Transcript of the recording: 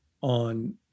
on